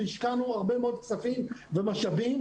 שכלל הרבה מאוד כספים ומשאבים,